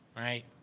right.